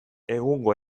egungo